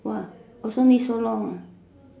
!wah! also need so long ah